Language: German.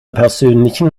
persönlichen